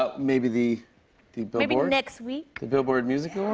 ah maybe the the maybe next week. the billboard music